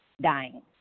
dying